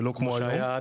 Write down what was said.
ולא כמו --- מה שהיה,